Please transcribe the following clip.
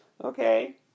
Okay